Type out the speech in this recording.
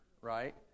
right